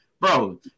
bro